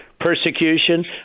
persecution